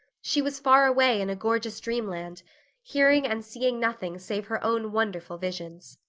she was far away in a gorgeous dreamland hearing and seeing nothing save her own wonderful visions.